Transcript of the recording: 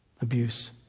abuse